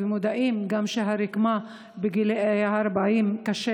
ומודעים גם לכך שבגיל 40 קשה